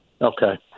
okay